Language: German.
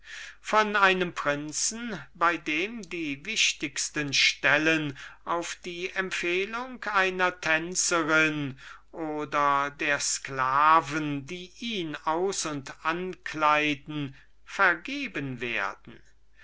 von einem prinzen bei dem die wichtigsten stellen auf die empfehlung einer tänzerin oder der sklaven die ihn aus und ankleiden vergeben werden